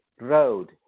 road